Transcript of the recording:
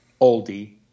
oldie